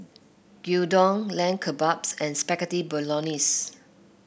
Gyudon Lamb Kebabs and Spaghetti Bolognese